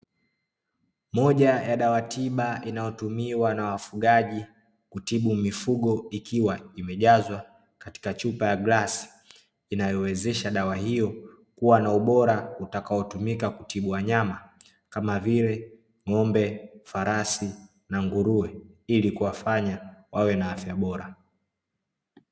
Moja ya dawa tiba inaytumiwa na wafugaji kutibu mifugo, ikiwa imejazwa katika chupa ya glasi inayowezesha dawa hiyo kuwa na ubora utakaotumika kutibu wanyama kama vile ng'ombe, farasi na nguruwe ili kuwafanya wawe na afya bora.